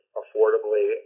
affordably